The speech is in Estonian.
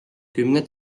kümme